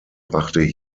brachte